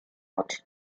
hat